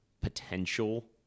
potential